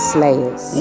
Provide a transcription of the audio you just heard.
Slayers